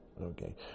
Okay